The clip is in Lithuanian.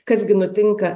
kas gi nutinka